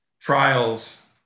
trials